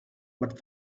but